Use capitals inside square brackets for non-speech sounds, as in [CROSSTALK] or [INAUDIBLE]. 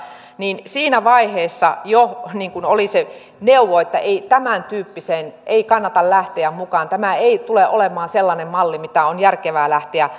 niin jo siinä vaiheessa oli se neuvo että ei tämän tyyppiseen kannata lähteä mukaan tämä ei tule olemaan sellainen malli mitä on järkevää lähteä [UNINTELLIGIBLE]